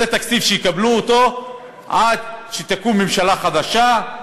זה תקציב שהם יקבלו עד שתקום ממשלה חדשה,